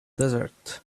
desert